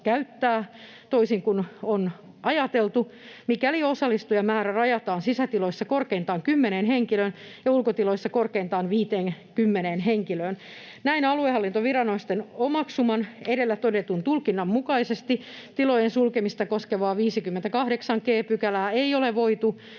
toisin kuin on ajateltu — mikäli osallistujamäärä rajataan sisätiloissa korkeintaan kymmeneen henkilöön ja ulkotiloissa korkeintaan 50 henkilöön. Näin aluehallintoviranomaisten omaksuman edellä todetun tulkinnan mukaisesti tilojen sulkemista koskevaa 58 g §:ää ei ole voitu